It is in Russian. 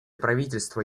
правительства